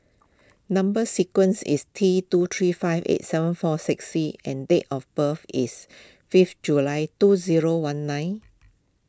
Number Sequence is T two three five eight seven four six C and date of birth is fifth July two zero one nine